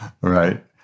right